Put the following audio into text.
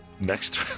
next